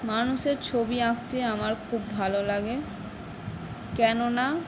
মানুষের ছবি আঁকতে আমার খুব ভালো লাগে কেননা